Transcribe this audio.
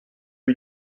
lui